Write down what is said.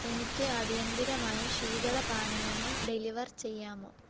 എനിക്ക് അടിയന്തിരമായി ശീതളപാനീയങ്ങൾ ഡെലിവർ ചെയ്യാമോ